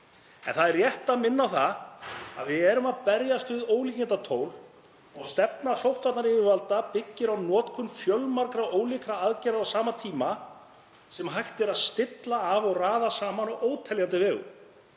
En það er rétt að minna á að við erum að berjast við ólíkindatól og stefna sóttvarnayfirvalda byggist á notkun fjölmargra ólíkra aðgerða á sama tíma sem hægt er að stilla af og raða saman á óteljandi vegu.